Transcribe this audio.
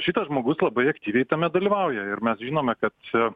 šitas žmogus labai aktyviai tame dalyvauja ir mes žinome kad čia